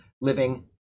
living